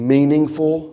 Meaningful